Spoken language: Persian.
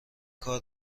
کار